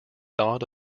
thought